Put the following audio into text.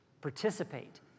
participate